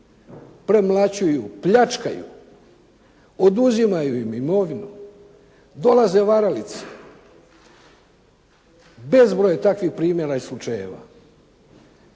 premlaćuju, pljačkaju, oduzimaju im imovinu. Dolaze varalice. Bezbroj je takvih primjera i slučajeva.